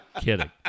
Kidding